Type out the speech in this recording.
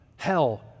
hell